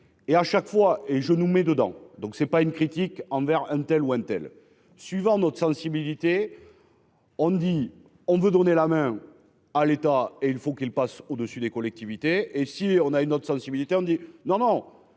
et à chaque fois, et je nous mets dedans donc c'est pas une critique envers untel ou untel suivant notre sensibilité. On dit on veut donner la main à l'État et il faut qu'il passe au dessus des collectivités et si on a une autre sensibilité non non